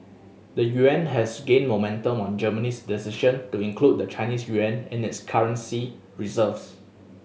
the yuan also gained momentum on Germany's decision to include the Chinese yuan in its currency reserves